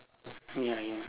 ya ya